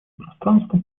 пространства